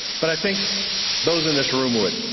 but i think those in this room would.